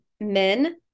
men